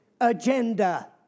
agenda